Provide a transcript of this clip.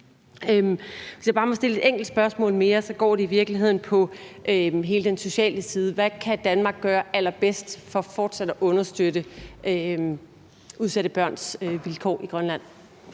Hvis jeg bare må stille et enkelt spørgsmål mere, går det i virkeligheden på hele den sociale side: Hvad kan Danmark gøre allerbedst for fortsat at understøtte udsatte børns vilkår i Grønland?